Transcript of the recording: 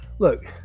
Look